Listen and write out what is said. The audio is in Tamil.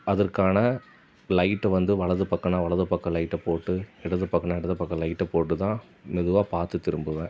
அதற்கான லைட்டு வந்து வலது பக்கம்னா வலது பக்கம் லைட்டை போட்டு இடது பக்கம்னா இடது பக்கம் லைட்டை போட்டு தான் மெதுவாக பார்த்து திரும்புவேன்